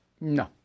No